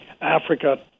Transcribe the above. Africa